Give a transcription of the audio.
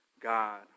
God